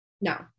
No